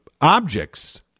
objects